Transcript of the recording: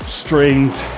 strained